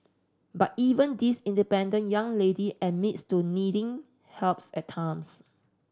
but even this independent young lady admits to needing helps at times